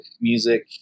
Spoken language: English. music